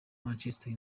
manchester